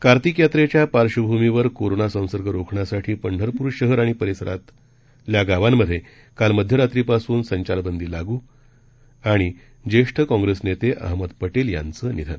कार्तिक यात्रेच्या पार्श्वभूमीवर कोरोना संसर्ग रोखण्यासाठी पंढरपूर शहर आणि परिसरातल्या गावांमधे काल मध्यरात्रीपासून संचारबंदी लागू ज्येष्ठ काँग्रेस नेते अहमद पटेल यांचं निधन